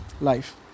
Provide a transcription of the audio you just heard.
life